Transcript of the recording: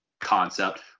concept